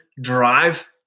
drive